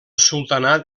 sultanat